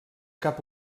cap